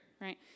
right